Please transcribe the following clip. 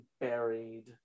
buried